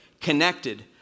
connected